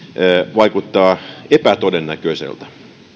vaikuttaa epätodennäköiseltä